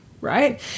Right